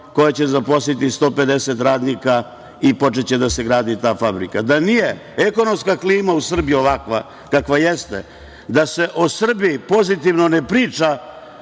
koja će zaposliti 150 radnika i počeće da se gradi ta fabrika. Da nije ekonomska klima u Srbiji ovakva kakva jeste, da se o Srbiji pozitivno ne priča